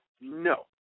no